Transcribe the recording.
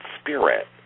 spirit